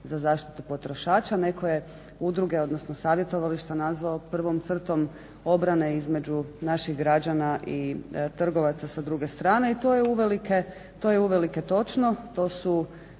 za zaštitu potrošača. Netko je udruge odnosno savjetovališta nazvao prvom crtom obrane između naših građana i trgovaca s druge strane i to je uvelike točno.